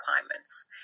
requirements